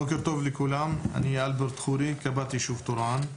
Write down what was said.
בוקר טוב לכולם, אני קב"ט היישוב טורעאן.